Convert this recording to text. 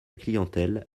clientèle